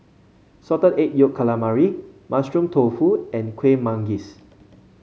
Salted Egg Yolk Calamari Mushroom Tofu and Kueh Manggis